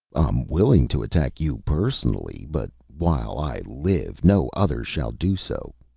i'm willing to attack you personally, but while i live no other shall do so.